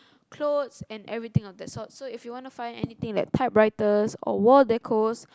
clothes and everything of that sort so if you want to find anything like typewriters or wall decos